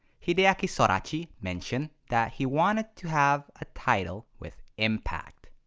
hideaki sorachi mentioned that he wanted to have a title with impact.